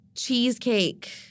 Cheesecake